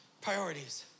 priorities